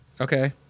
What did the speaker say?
Okay